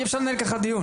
אי אפשר לנהל ככה דיון.